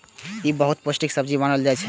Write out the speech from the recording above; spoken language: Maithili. ई बहुत पौष्टिक सब्जी मानल जाइ छै